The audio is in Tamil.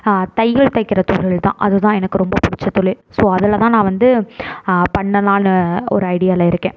தையல் தைக்கிற தொழில்தான் அதுதான் எனக்கு ரொம்ப பிடிச்ச தொழில் ஸோ அதில்தான் நான் வந்து பண்ணலாம்னு ஒரு ஐடியாவில் இருக்கேன்